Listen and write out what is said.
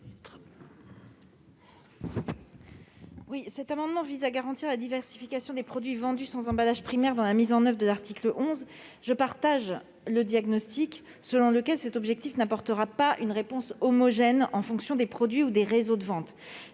présent amendement tend à garantir la diversification des produits vendus sans emballage primaire dans le cadre de la mise en oeuvre de l'article 11. Je partage le diagnostic selon lequel l'objectif visé n'apportera pas une réponse homogène selon les produits ou les réseaux de vente